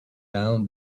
down